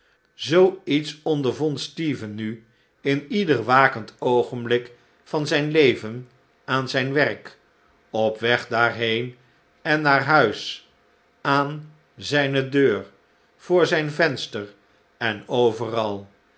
zoo iets ondervond stephen nu in ieder wakend oogenblik van zijn leven aan zijn werk op weg daarheen en naar huis aan zijne deur voor zijn venster en overal